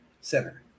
center